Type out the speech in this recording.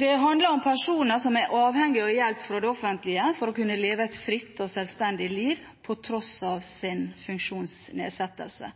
Det handler om personer som er avhengig av hjelp fra det offentlige for å kunne leve et fritt og sjølstendig liv på tross av sin funksjonsnedsettelse.